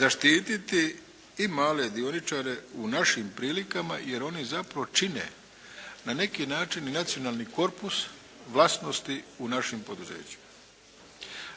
zaštiti i male dioničare u našim prilikama jer oni zapravo čine na neki način i nacionalni korpus vlasnosti u našim poduzećima.